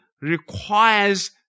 requires